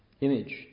image